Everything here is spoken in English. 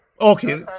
Okay